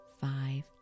five